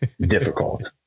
difficult